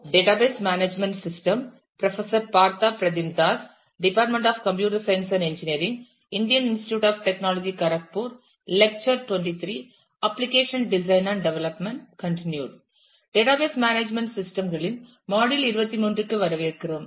database management system களின் module 23 க்கு வரவேற்கிறோம்